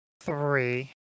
three